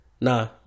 nah